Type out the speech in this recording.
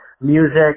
Music